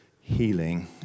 healing